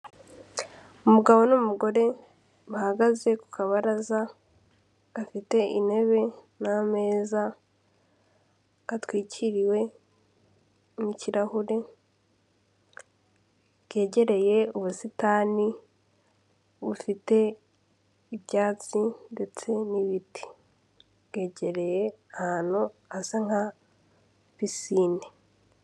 Umugabo n'umugore bahagaze ku kabaraza, gafite intebe n'ameza, gatwikiriwe n'ikirahure, bwegereye ubusitani bufite ibyatsi ndetse n'ibiti, bwegereye ahantu hasa nka pisine.